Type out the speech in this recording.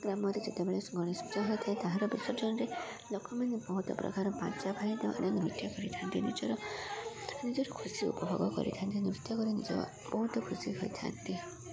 ଗ୍ରାମରେ ଯେତେବେଳେ ଗଣେଶ ପୂଜା ହୋଇଥାଏ ତାହାର ବିସର୍ଜନରେ ଲୋକମାନେ ବହୁତ ପ୍ରକାର ବାଜା ବାଇଦମାନେ ନୃତ୍ୟ କରିଥାନ୍ତି ନିଜର ନିଜର ଖୁସି ଉପଭୋଗ କରିଥାନ୍ତି ନୃତ୍ୟ କରି ନିଜ ବହୁତ ଖୁସି ହୋଇଥାନ୍ତି